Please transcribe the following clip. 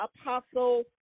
Apostle